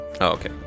Okay